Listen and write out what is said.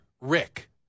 Rick